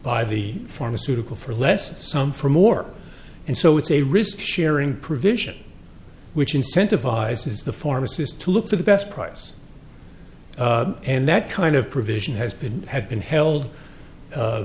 buy the pharmaceutical for less some for more and so it's a risk sharing provision which incentivizes the pharmacist to look for the best price and that kind of provision has been have been held a